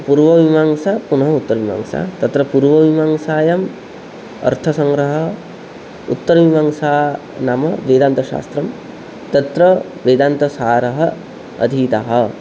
पूर्वमीमांसा पुनः उत्तरमीमांसा तत्र पूर्वमीमांसायाम् अर्थसङ्ग्रहः उत्तरमीमांसा नाम वेदान्तशास्त्रं तत्र वेदान्तसारः अधीतः